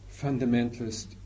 fundamentalist